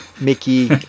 mickey